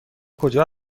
کجا